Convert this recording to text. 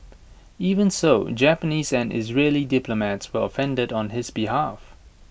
even so Japanese and Israeli diplomats were offended on his behalf